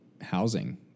housing